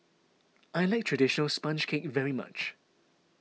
I like Traditional Sponge Cake very much